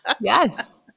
Yes